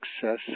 success